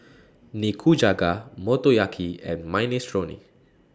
Nikujaga Motoyaki and Minestrone